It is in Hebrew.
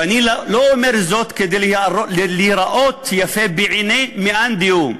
ואני לא אומר זאת כדי להיראות יפה בעיני מאן דהוא,